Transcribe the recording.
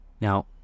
Now